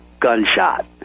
gunshot